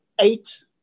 eight